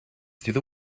through